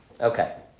Okay